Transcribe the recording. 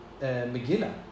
Megillah